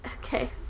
Okay